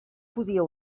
podia